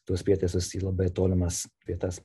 tuos prietaisus į labai tolimas vietas